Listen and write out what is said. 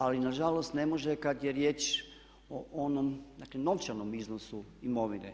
Ali nažalost, ne može kad je riječ o onom dakle novčanom iznosu imovine.